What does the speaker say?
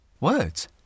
Words